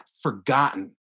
forgotten